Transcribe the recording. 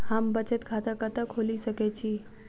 हम बचत खाता कतऽ खोलि सकै छी?